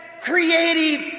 creative